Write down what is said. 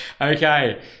okay